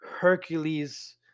Hercules